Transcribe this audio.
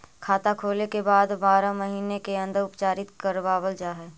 खाता खोले के बाद बारह महिने के अंदर उपचारित करवावल जा है?